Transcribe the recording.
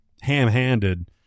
ham-handed